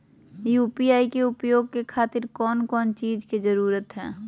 UPI के उपयोग के खातिर कौन कौन चीज के जरूरत है?